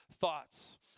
thoughts